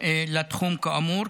לתחום כאמור,